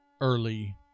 early